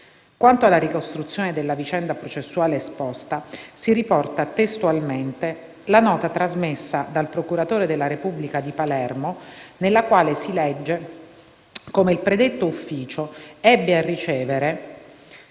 Quanto alla ricostruzione della vicenda processuale esposta, si riporta testualmente la nota trasmessa dal procuratore della Repubblica di Palermo, nella quale si legge come il predetto ufficio «ebbe a ricevere